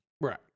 Right